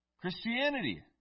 Christianity